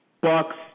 Bucks